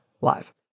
live